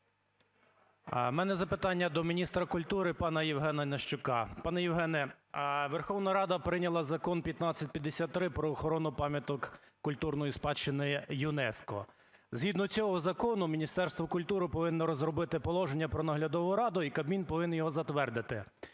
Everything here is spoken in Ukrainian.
В мене запитання до міністра культури пана Євгена Нищука. Пане Євгене, Верховна Рада прийняла Закон 1553 про охорону пам'яток культурної спадщини ЮНЕСКО. Згідно цього закону Міністерство культури повинно розробити положення про Наглядову раду і Кабмін повинен його затвердити.